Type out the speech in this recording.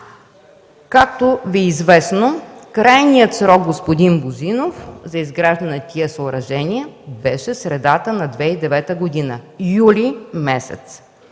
Както Ви е известно, крайният срок, господин Божинов, за изграждане на тези съоръжения беше средата на 2009 г. – юли месец!